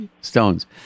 stones